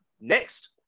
Next